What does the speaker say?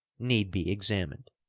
need be examined.